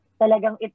talagang